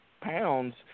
pounds